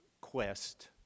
quest